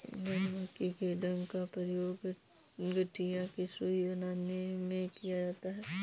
मधुमक्खी के डंक का प्रयोग गठिया की सुई बनाने में किया जाता है